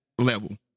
level